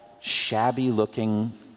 shabby-looking